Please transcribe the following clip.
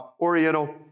oriental